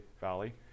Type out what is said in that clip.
Valley